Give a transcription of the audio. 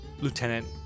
lieutenant